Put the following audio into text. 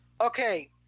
Okay